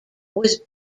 was